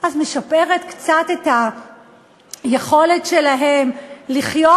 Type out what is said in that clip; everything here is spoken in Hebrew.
משפרת קצת את היכולת שלהם לחיות,